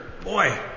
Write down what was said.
boy